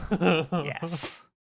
Yes